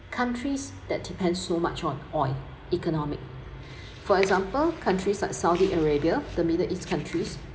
countries that depend so much on oil economic for example countries like saudi arabia the middle east countries